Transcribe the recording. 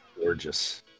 gorgeous